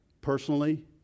Personally